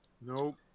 nope